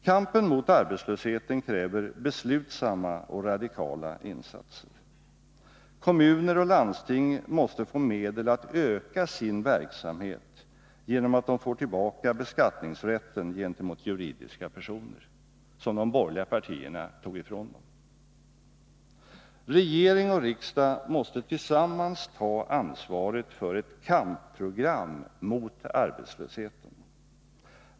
Kampen mot arbetslösheten kräver beslutsamma och radikala insatser. Kommuner och landsting måste få medel att öka sin verksamhet genom att de får tillbaka den beskattningsrätt gentemot juridiska personer som de borgerliga partierna tog ifrån dem. Regering och riksdag måste tillsammans ta ansvaret för ett kampprogram mot arbetslösheten.